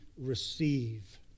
receive